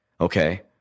okay